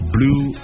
Blue